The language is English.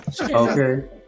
Okay